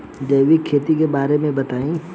जैविक खेती के बारे में बताइ